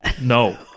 no